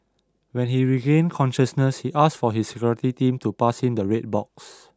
when he regained consciousness he asked for his security team to pass him the red box